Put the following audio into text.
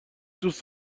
دوست